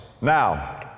Now